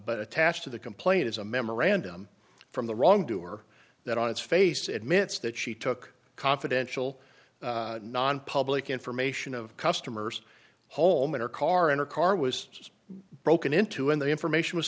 but attached to the complaint is a memorandum from the wrongdoer that on its face admits that she took confidential nonpublic information of customers whole matter car in her car was broken into and the information was